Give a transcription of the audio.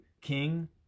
king